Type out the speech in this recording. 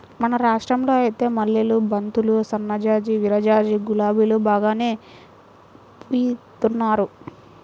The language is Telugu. మన రాష్టంలో ఐతే మల్లెలు, బంతులు, సన్నజాజి, విరజాజి, గులాబీలు బాగానే పూయిత్తున్నారు